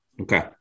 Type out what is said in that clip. Okay